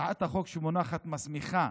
הצעת החוק שמונחת מסמיכה